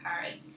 Paris